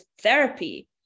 therapy